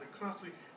constantly